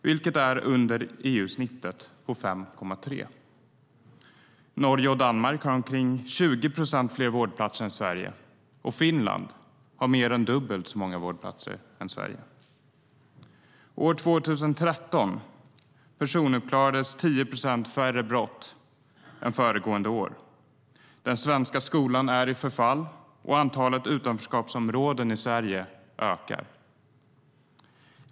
Det är under EU-snittet på 5,3. Norge och Danmark har ca 20 procent fler vårdplatser än Sverige. Och Finland har mer än dubbelt så många vårdplatser som Sverige.År 2013 personuppklarades 10 procent färre brott än föregående år. Den svenska skolan är i förfall. Och antalet utanförskapsområden ökar.